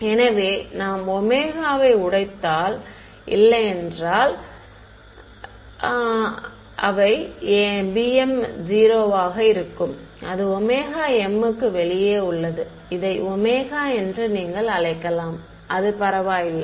மாணவர் எனவே நாம் Ω வை உடைந்தால் இல்லையென்றால் ஏனெனில் b m 0 ஆக இருக்கும் அது Ωm க்கு வெளியே உள்ளது இதை ஒமேகா என்று நீங்கள் அழைக்கலாம் அது பரவாயில்லை